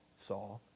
saw